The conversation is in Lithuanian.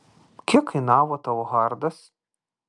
kiek kainavo tavo hardas